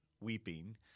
weeping